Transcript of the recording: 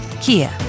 Kia